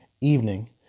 evening